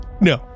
No